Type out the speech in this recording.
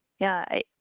yeah,